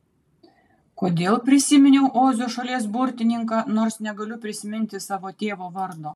kodėl prisiminiau ozo šalies burtininką nors negaliu prisiminti savo tėvo vardo